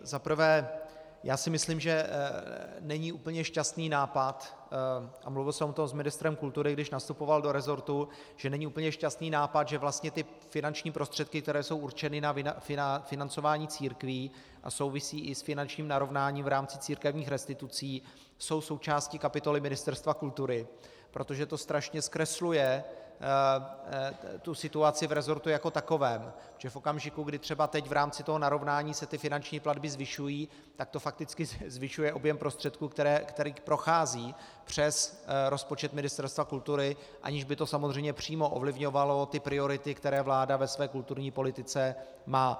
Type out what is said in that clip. Za prvé si myslím, že není úplně šťastný nápad, a mluvil jsem o tom s ministrem kultury, když nastupoval do resortu, že není úplně šťastný nápad, že vlastně ty finanční prostředky, které jsou určeny na financování církví a souvisí i s finančním narovnáním v rámci církevních restitucí, jsou součástí kapitoly Ministerstva kultury, protože to strašně zkresluje situaci v resortu jako takovém, že v okamžiku, kdy třeba teď v rámci toho narovnání se ty finanční platby zvyšují, tak to fakticky zvyšuje objem prostředků, které procházejí přes rozpočet Ministerstva kultury, aniž by to samozřejmě přímo ovlivňovalo ty priority, které vláda ve své kulturní politice má.